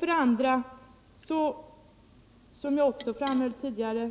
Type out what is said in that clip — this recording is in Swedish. För det andra avskaffar man inte — som jag också framhöll tidigare